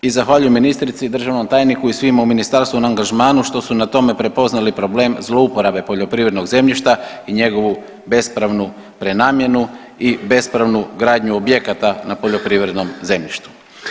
I zahvaljujem ministrici, državnom tajniku i svima u ministarstvu na angažmanu što su na tome prepoznali problem zlouporabe poljoprivrednog zemljišta i njegovu bespravnu prenamjenu i bespravnu gradnju objekata na poljoprivrednom zemljištu.